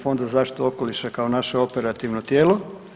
Fond za zaštitu okoliša kao naše operativno tijelo.